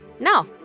Now